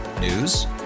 News